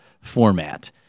format